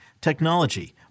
technology